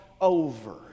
over